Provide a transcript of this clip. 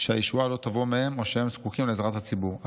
שהישועה לא תבוא מהם או שהם זקוקים לעזרת הציבור.